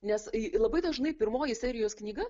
nes labai dažnai pirmoji serijos knyga